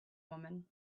woman